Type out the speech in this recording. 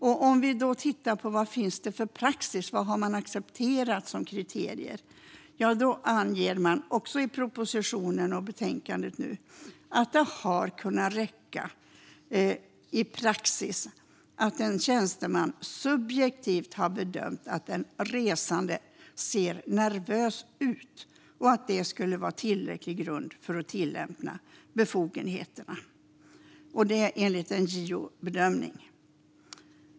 Låt oss titta på praxis, vad man har accepterat som kriterier. I propositionen, och i betänkandet, anger man att det i praxis har räckt att en tjänsteman subjektivt bedömt att den resande ser nervös ut och att det skulle vara tillräcklig grund för att tillämpa befogenheterna - enligt en JO-bedömning.